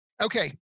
Okay